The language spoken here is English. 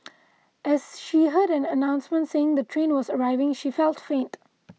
as she heard an announcement saying the train was arriving she felt faint